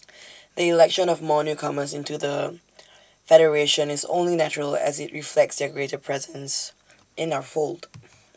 the election of more newcomers into the federation is only natural as IT reflects their greater presence in our fold